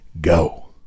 go